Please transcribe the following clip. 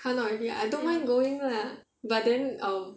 !huh! not really I don't mind going lah but then err